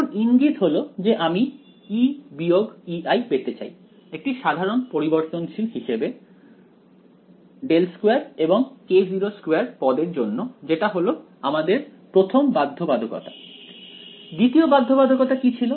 এখন ইঙ্গিত হল যে আমি E Ei পেতে চাই একটি সাধারণ পরিবর্তনশীল হিসেবে ∇2 এবং k02 পদ এর জন্য যেটা হলো আমাদের প্রথম বাধ্যবাধকতা দ্বিতীয় বাধ্যবাধকতা কি ছিল